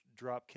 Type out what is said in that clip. Dropkick